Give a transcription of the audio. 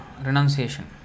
renunciation